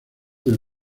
del